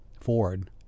Ford